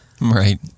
Right